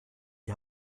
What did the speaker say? die